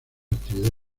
actividad